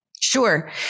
sure